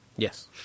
Yes